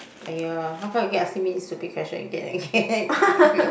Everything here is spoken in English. !aiya! how come you keep asking me this stupid question again again and again